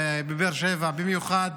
בבאר שבע במיוחד